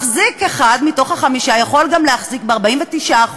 מחזיק אחד מתוך החמישה יכול גם להחזיק ב-49%,